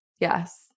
Yes